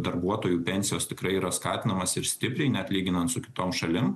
darbuotojų pensijos tikrai yra skatinamas ir stipriai net lyginant su kitom šalim